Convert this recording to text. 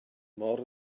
mor